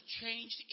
changed